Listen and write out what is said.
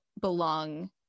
belong